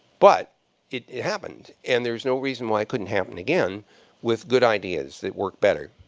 but it happened. and there's no reason why it couldn't happen again with good ideas that work better.